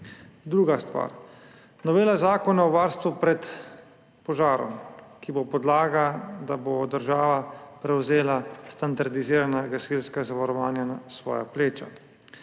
Druga stvar. Novela Zakona o varstvu pred požarom, ki bo podlaga, da bo država prevzela standardizirana gasilska zavarovanja na svoja pleča.